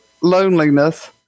loneliness